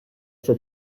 for